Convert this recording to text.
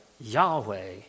Yahweh